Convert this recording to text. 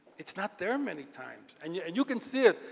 it's not there many times. and yeah and you can see it.